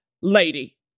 lady